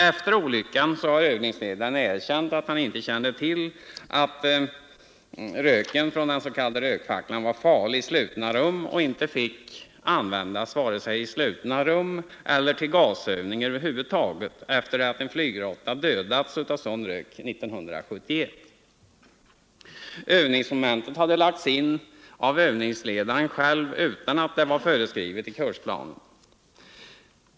Efter olyckan har övningsledaren erkänt att han inte kände till att röken från den s.k. rökfacklan var farlig i slutna rum och inte fick användas vare sig i slutna rum eller till gasövning över huvud taget, efter det att en flyglotta dödats av sådan rök år 1971. Övningsmomentet hade lagts in av övningsledaren själv utan att det var föreskrivet i kursplanen.